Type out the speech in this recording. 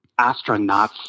astronauts